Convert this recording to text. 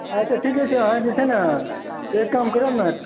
अच्छा ठीके छै अहाँ जे छै ने एक काम करू ने